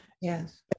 Yes